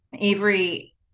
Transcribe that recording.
Avery